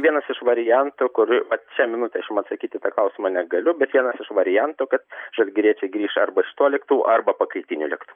vienas iš variantų kurių vat šią minutę aš jum atsakyt į tą klausimą negaliu bet vienas iš variantų kad žalgiriečiai grįš arba šituo lėktuvu arba pakaitiniu lėktuvu